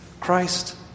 Christ